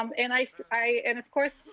um and i so i and, of course,